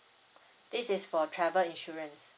this is for travel insurance